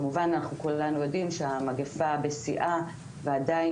כמובן אנחנו כולנו יודעים שהמגפה בשיאה ועדיין